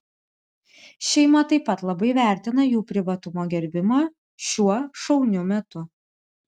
šeima taip pat labai vertina jų privatumo gerbimą šiuo šauniu metu